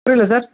புரியல சார்